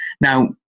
Now